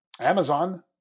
Amazon